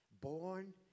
Born